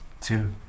two